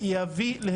משילות היא שני